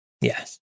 Yes